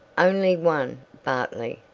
only one, bartley.